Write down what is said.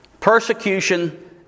Persecution